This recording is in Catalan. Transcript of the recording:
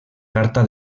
carta